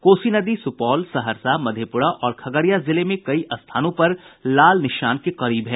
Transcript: कोसी नदी सुपौल सहरसा मधेपुरा और खगड़िया जिले में कई स्थानों पर लाल निशान के करीब है